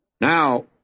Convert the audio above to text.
Now